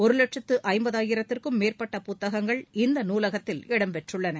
ஒரு வட்சத்து ஐம்பதாயிரத்திற்கும் மேற்பட்ட புத்ககங்கள் இந்த நூலகத்தில் இடம்பெற்றுள்ளன